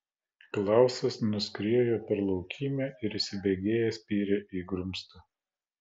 klausas nuskriejo per laukymę ir įsibėgėjęs spyrė į grumstą